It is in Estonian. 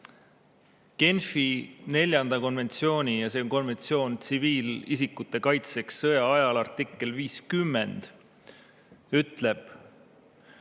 Genfi neljanda konventsiooni – see on konventsioon tsiviilisikute kaitseks sõja ajal – artikkel 50 ütleb: